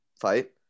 fight